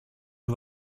του